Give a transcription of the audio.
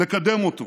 לקדם אותו